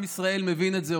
עם ישראל מבין את זה,